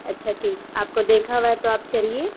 اچھا ٹھیک آپ کو دیکھا ہوا ہے تو آپ چلیے